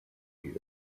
here